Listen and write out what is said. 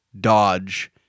Dodge